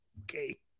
okay